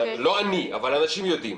לא אני, אבל אנשים יודעים.